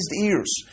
ears